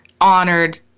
honored